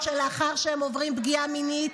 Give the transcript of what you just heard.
שלאחר שהם עוברים פגיעה מינית,